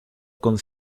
con